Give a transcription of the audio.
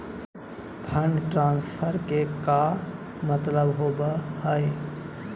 Fund transfer के का मतलब होव हई?